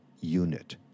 unit